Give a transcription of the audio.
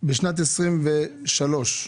בשנת 2023,